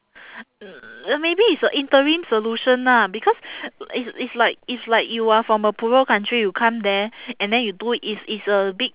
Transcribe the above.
maybe it's a interim solution lah because it's it's like if like you are from a poorer country you come there and then do it's it's a big